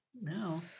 No